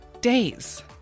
days